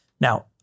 Now